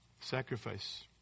Sacrifice